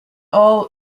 all